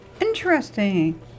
Interesting